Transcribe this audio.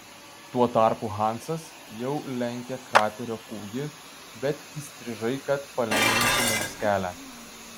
tuo tarpu hansas jau lenkė kraterio kūgį bet įstrižai kad palengvintų mums kelią